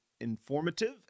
informative